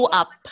up